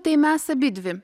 tai mes abidvi